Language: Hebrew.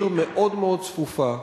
עיר מאוד מאוד צפופה,